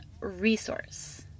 resource